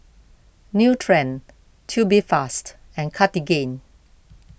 Nutren Tubifast and Cartigain